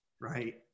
Right